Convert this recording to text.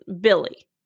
Billy